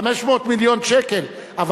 מיליון שקל.